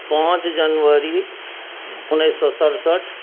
पाँच जनवरी उन्नैस सए सरसठि